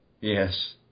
Yes